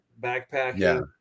backpacking